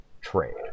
trade